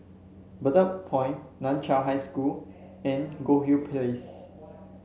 Bedok Point Nan Chiau High School and Goldhill Place